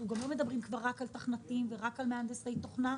אנחנו לא מדברים רק על מתכנתים ומהנדסי תוכנה,